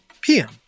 PM